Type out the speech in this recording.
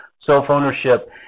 Self-ownership